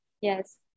yes